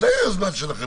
בוודאי שזו יוזמה שלכם.